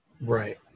Right